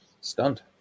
...stunned